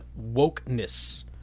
wokeness